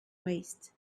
waist